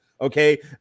Okay